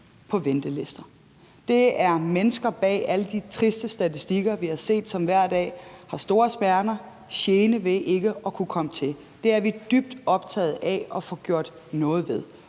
alt for længe. Det er mennesker bag alle de triste statistikker, vi har set, som har store smerter hver dag og gener ved ikke at kunne komme til. Det er vi dybt optaget af at få gjort noget ved.